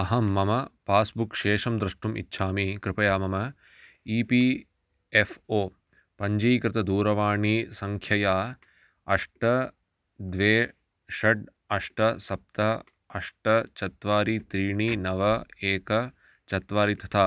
अहं मम पास्बुक् शेषं द्रष्टुम् इच्छामि कृपया मम ई पी एफ़् ओ पञ्जीकृतदूरवाणी सङ्ख्यया अष्ट द्वे षड् अष्ट सप्त अष्ट चत्वारि त्रीणि नव एक चत्वारि तथा